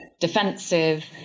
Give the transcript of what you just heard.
defensive